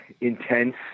intense